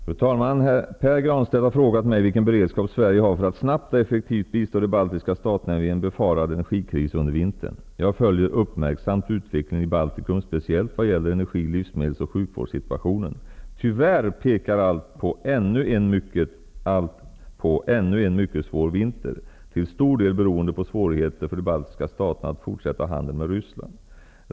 Fru talman! Pär Granstedt har frågat mig vilken beredskap Sverige har för att snabbt och effektivt bistå de baltiska staterna vid en befarad energikris under vintern. Jag följer uppmärksamt utvecklingen i Baltikum speciellt vad gäller energi-, livsmedels och sjukvårdssituationen. Tyvärr pekar allt på ännu en mycket svår vinter, till stor del beroende på svårigheter för de baltiska staterna att fortsätta handeln med Ryssland.